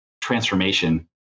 transformation